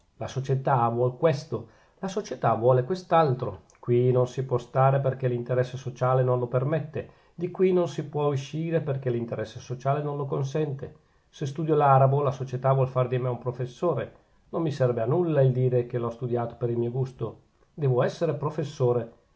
la società vuol questo la società vuole quest'altro qui non si può stare perchè l'interesse sociale non lo permette di qui non si può escire perchè l'interesse sociale non lo consente se studio l'arabo la società vuol far di me un professore non mi serve a nulla il dire che l'ho studiato per mio gusto debbo essere professore